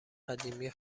قدیمی